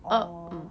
or